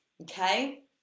okay